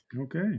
Okay